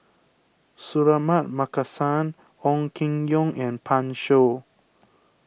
Suratman Markasan Ong Keng Yong and Pan Shou